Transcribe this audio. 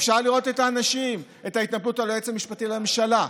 אפשר לראות את האנשים: את ההתנפלות על היועץ המשפטי לממשלה,